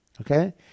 Okay